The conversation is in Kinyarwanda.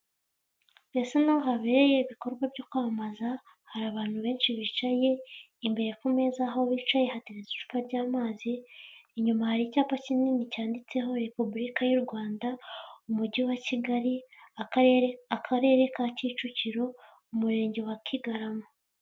Bisa nk'aho habereye ibikorwa byo kwamamaza, hari abantu benshi bicaye, imbere ku meza aho bicaye hatezwa icupa ry'amazi, inyuma hari icyapa kinini cyanditseho repubulika y'u Rwanda, umujyi wa Kigal,i akarere ka Kicukiro, umurenge wa Kigarama.